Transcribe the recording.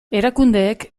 erakundeek